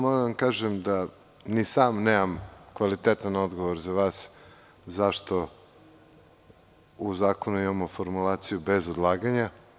Moram da vam kažem da ni sam nemam kvalitetan odgovor za vas zašto u zakonu imamo formulaciju - bez odlaganja.